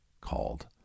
called